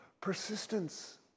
Persistence